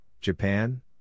Japan